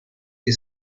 que